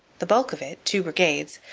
the bulk of it, two brigades,